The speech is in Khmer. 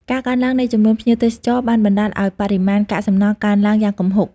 ការកើនឡើងនៃចំនួនភ្ញៀវទេសចរបានបណ្តាលឱ្យបរិមាណកាកសំណល់កើនឡើងយ៉ាងគំហុក។